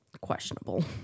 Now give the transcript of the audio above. questionable